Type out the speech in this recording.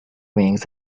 wings